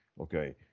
okay